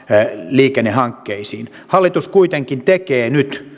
liikennehankkeisiin hallitus kuitenkin tekee nyt